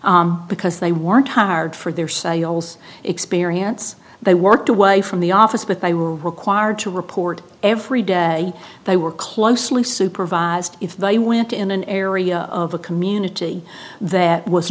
salespeople because they weren't hired for their sales experience they worked away from the office but they were required to report every day they were closely supervised if they went in an area of a community that was